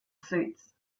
suits